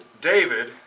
David